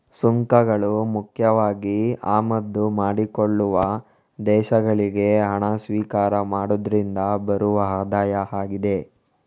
ಸುಂಕಗಳು ಮುಖ್ಯವಾಗಿ ಆಮದು ಮಾಡಿಕೊಳ್ಳುವ ದೇಶಗಳಿಗೆ ಹಣ ಸ್ವೀಕಾರ ಮಾಡುದ್ರಿಂದ ಬರುವ ಆದಾಯ ಆಗಿದೆ